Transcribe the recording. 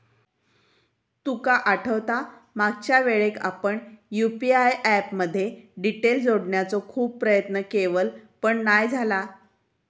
तुका आठवता मागच्यावेळेक आपण यु.पी.आय ऍप मध्ये डिटेल जोडण्याचो खूप प्रयत्न केवल पण नाय झाला